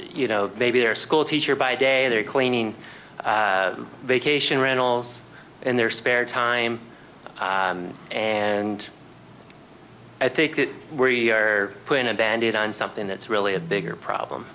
you know maybe their schoolteacher by day they're cleaning vacation rentals in their spare time and i think they were put in a band aid on something that's really a bigger problem